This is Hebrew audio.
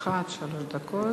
לרשותך שלוש דקות.